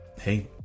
hey